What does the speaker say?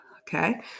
okay